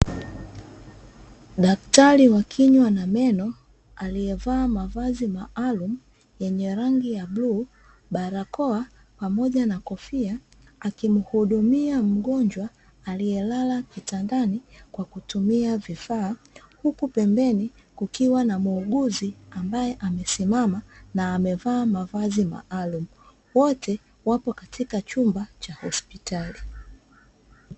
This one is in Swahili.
Daktari wa kinywa na meno aliyevaa mavazi maalum yenye rangi ya bluu, na barakoa pamoja na kofia akimhudumia mgonjwa aliyelala kitandani kwa kutumia vifaa, huku pembeni kukiwa na muuguzi ambaye amesimama na amevaa mavazi maalum, wote wapo katika chumba cha hospitali.